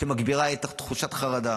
שמגבירה את תחושת החרדה.